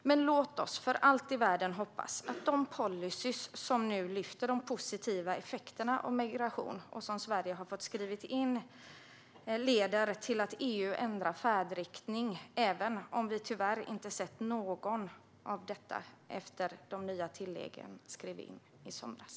Men låt oss för allt i världen hoppas att de policyer som nu lyfter upp de positiva effekterna av migration och som Sverige har fått inskrivna leder till att EU ändrar färdriktning, även om vi tyvärr inte sett något av detta efter att de nya tilläggen skrevs in i somras.